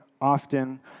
often